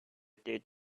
taped